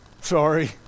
Sorry